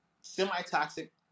semi-toxic